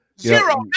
zero